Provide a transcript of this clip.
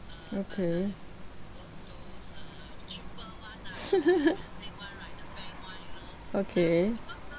okay okay